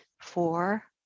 four